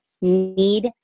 need